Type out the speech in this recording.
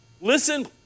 Listen